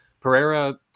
Pereira